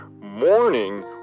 morning